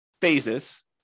phases